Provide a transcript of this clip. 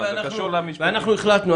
תגידי את עמדתך, ואנחנו החלטנו.